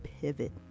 pivot